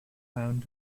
found